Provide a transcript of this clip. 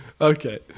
Okay